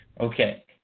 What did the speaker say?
Okay